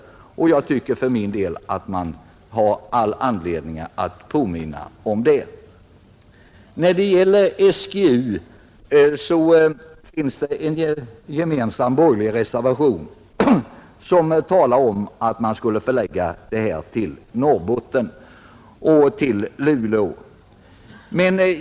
Det finns all anledning att påminna om detta. Beträffande SGU finns det en gemensam borgerlig reservation som talar om att man skulle förlägga SGU till Norrbotten, närmare bestämt Luleå.